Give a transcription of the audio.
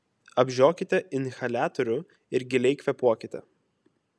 apžiokite inhaliatorių ir giliai kvėpuokite